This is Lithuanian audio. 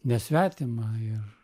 nesvetima ir